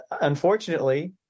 unfortunately